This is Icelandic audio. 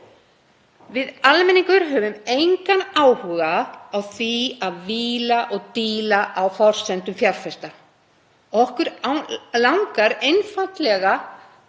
Við almenningur höfum engan áhuga á því að „víla og díla“ á forsendum fjárfesta. Okkur langar einfaldlega